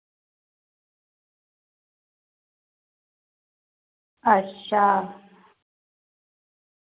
अच्छा